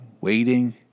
waiting